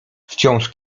wciąż